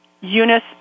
Eunice